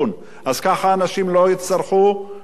אז ככה אנשים לא יצטרכו באמת